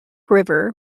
river